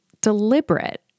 deliberate